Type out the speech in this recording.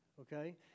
Okay